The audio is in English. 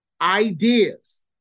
ideas